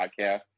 podcast